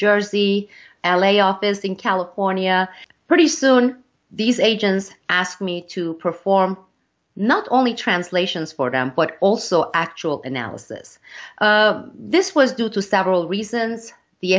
jersey l a office in california pretty soon these agents asked me to perform not only translations for them but also actual analysis this was due to several reasons the